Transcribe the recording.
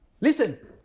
Listen